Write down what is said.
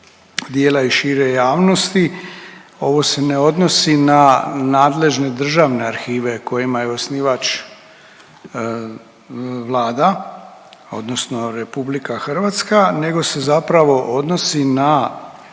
dijela i šire javnosti, ovo se ne odnosi na nadležne državne arhive kojima je osnivač Vlada odnosno RH nego se zapravo odnosi na,